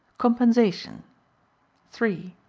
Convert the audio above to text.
compensation three.